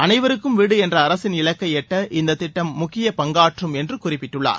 அனைவருக்கும் வீடு என்ற அரசின் இலக்கை எட்ட இந்தத் திட்டம் முக்கிய பங்காற்றும் என்று குறிப்பிட்டுள்ளார்